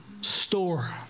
store